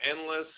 endless